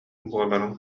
буоларын